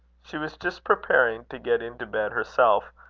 she was just preparing to get into bed herself,